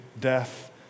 death